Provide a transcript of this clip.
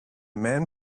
man